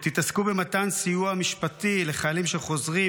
ותתעסקו במתן סיוע משפטי לחיילים שחוזרים,